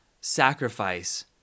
sacrifice